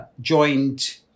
joined